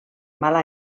mala